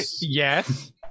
Yes